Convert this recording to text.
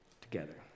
together